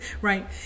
right